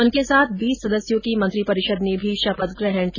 उनके साथ बीस सदस्यों की मंत्रिपरिषद ने भी शपथ ग्रहण की